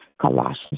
Colossians